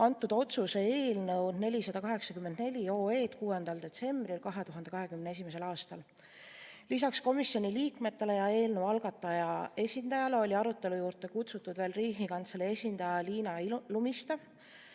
seda otsuse eelnõu 6. detsembril 2021. aastal. Lisaks komisjoni liikmetele ja eelnõu algataja esindajale olid arutelu juurde kutsutud veel Riigikantselei esindaja Liina Lumiste,